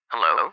Hello